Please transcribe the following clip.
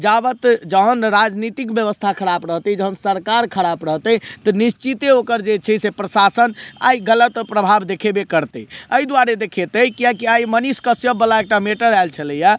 जाबैत जहन राजनीतिक व्यवस्था खराब रहतइ जखन सरकार खराब रहतइ तऽ निश्चिते ओकर जे छै से प्रशासन आइ गलत प्रभाव देखेबे करतइ अइ दुआरे देखेतइ किएक कि आइ मनीष कश्यपवला एकटा मैटर आयल छलइए